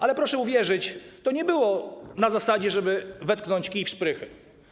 Ale proszę uwierzyć, to nie było na zasadzie, żeby wetknąć kij w szprychy.